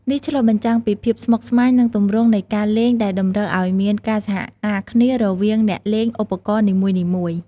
នេះឆ្លុះបញ្ចាំងពីភាពស្មុគស្មាញ និងទម្រង់នៃការលេងដែលតម្រូវឱ្យមានការសហការគ្នារវាងអ្នកលេងឧបករណ៍នីមួយៗ។